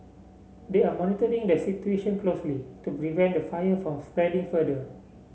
they are monitoring the situation closely to prevent the fire from spreading further